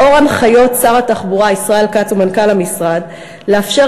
לאור הנחיות שר התחבורה ישראל כץ ומנכ"ל המשרד לאפשר